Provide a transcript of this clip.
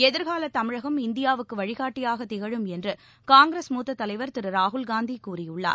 எதிர்கால தமிழகம் இந்தியாவுக்கு வழிகாட்டியாக திகழும் என்று காங்கிரஸ் மூத்தத் தலைவா் திரு ராகுல்காந்தி கூறியுள்ளார்